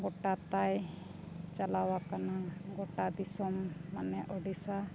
ᱜᱳᱴᱟ ᱛᱟᱭ ᱪᱟᱞᱟᱣ ᱟᱠᱟᱱᱟ ᱜᱳᱴᱟ ᱫᱤᱥᱚᱢ ᱢᱟᱱᱮ ᱳᱰᱤᱥᱟ